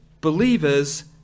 believers